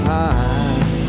time